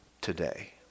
today